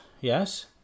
yes